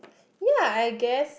yea I guess